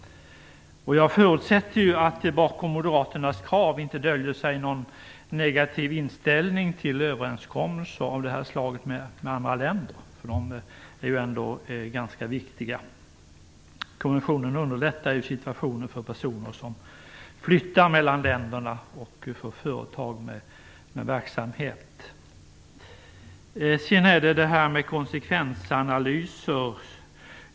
Jag förutsätter att det bakom Moderaternas krav inte döljer sig någon negativ inställning till överenskommelser med andra länder av detta slag. De är ändå ganska viktiga. Konventioner underlättar ju situationen för personer som flyttar mellan länderna och för företag med verksamhet i dessa länder.